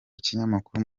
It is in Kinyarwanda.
ikinyamakuru